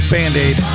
Band-Aid